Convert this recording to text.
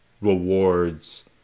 rewards